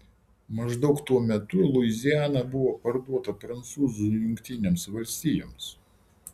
maždaug tuo metu luiziana buvo parduota prancūzų jungtinėms valstijoms